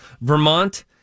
Vermont